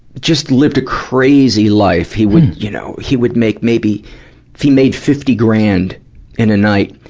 just lived a crazy life. he would, you know, he would make maybe, if he made fifty grand in a night,